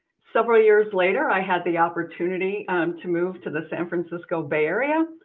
several years later i had the opportunity to move to the san francisco bay area,